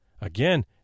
Again